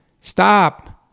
stop